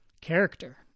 character